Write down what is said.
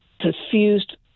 confused